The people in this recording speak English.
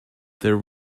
there